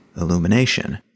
illumination